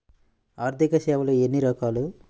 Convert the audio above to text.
ఆర్థిక సేవలు ఎన్ని రకాలు?